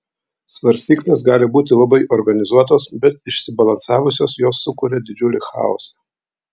svarstyklės gali būti labai organizuotos bet išsibalansavusios jos sukuria didžiulį chaosą